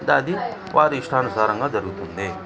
అంటే అది వారి ఇష్టానుసారంగా జరుగుతుంది